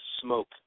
smoke